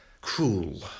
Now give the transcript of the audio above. Cruel